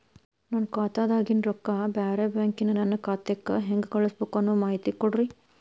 ನನ್ನ ಖಾತಾದಾಗಿನ ರೊಕ್ಕ ಬ್ಯಾರೆ ಬ್ಯಾಂಕಿನ ನನ್ನ ಖಾತೆಕ್ಕ ಹೆಂಗ್ ಕಳಸಬೇಕು ಅನ್ನೋ ಮಾಹಿತಿ ಕೊಡ್ರಿ?